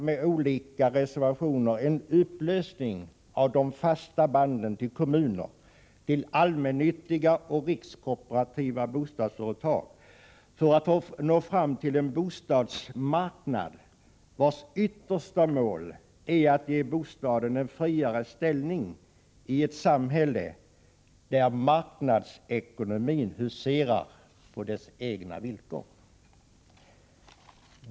Med olika reservationer markeras en upplösning av de fasta banden till kommuner och till allmännyttiga och rikskooperativa bostadsföretag för att nå fram till en bostadsmarknad vars yttersta mål är att ge bostaden en friare ställning i ett samhälle där marknadsekonomin huserar på sina egna villkor.